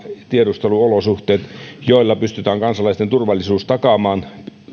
tiedusteluolosuhteet joilla pystytään kansalaisten turvallisuus takaamaan